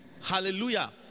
Hallelujah